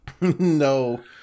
no